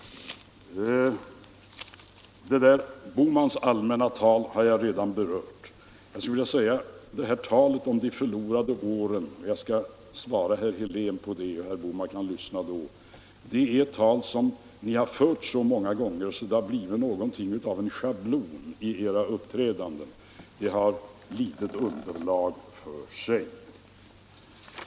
Herr Bohmans allmänna tal har jag redan berört. Jag skall svara herr Helén på frågan om de förlorade åren. Herr Bohman kan lyssna då. Talet om de förlorade åren har ni fört så många gånger att det blivit något av en schablon i era uppträdanden. Det har litet underlag för sig.